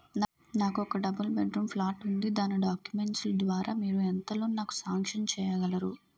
నాకు ఒక double bedroom flat ఉంది దాని డాక్యుమెంట్స్ లు ద్వారా మీరు ఎంత లోన్ నాకు సాంక్షన్ చేయగలరు?